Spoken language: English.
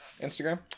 Instagram